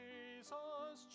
Jesus